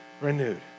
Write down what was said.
renewed